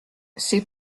c’est